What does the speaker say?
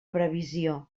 previsió